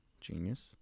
genius